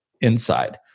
inside